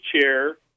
Chair